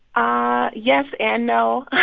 ah yes and no